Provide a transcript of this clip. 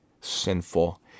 sinful